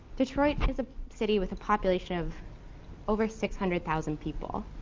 detroit is a city with a population of over six hundred thousand people.